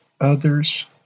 others